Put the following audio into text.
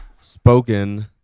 Spoken